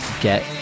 get